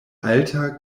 alta